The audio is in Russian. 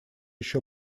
еще